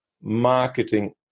marketing